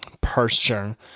person